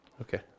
Okay